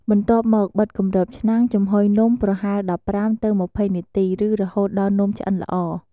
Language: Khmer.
បន្ទាប់មក បិទគម្របឆ្នាំង ចំហុយនំប្រហែល ១៥ ទៅ ២០ នាទី ឬរហូតដល់នំឆ្អិនល្អ។